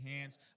hands